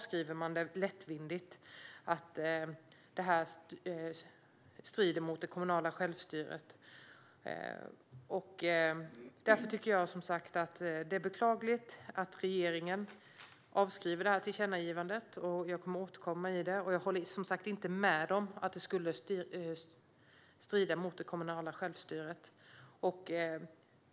Nu avskriver man det lättvindigt med argumentet att det strider mot det kommunala självstyret. Det är beklagligt att regeringen avskriver tillkännagivandet. Jag kommer att återkomma i frågan. Jag håller som sagt inte med om att det skulle strida mot det kommunala självstyret.